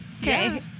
Okay